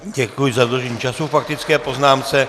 Děkuji za dodržení času k faktické poznámce.